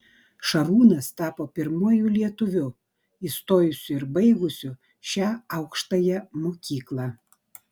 šarūnas tapo pirmuoju lietuviu įstojusiu ir baigusiu šią aukštąją mokyklą